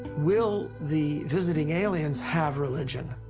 will the visiting aliens have religion,